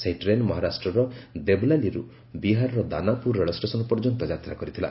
ସେହି ଟ୍ରେନ୍ ମହାରାଷ୍ଟ୍ରର ଦେବଲାଲିରୁ ବିହାରର ଦାନାପୁର ରେଳଷ୍ଟେସନ୍ ପର୍ଯ୍ୟନ୍ତ ଯାତ୍ରା କରିଥିଲା